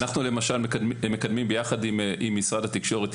למשל מקדמים ביחד עם משרד התקשורת,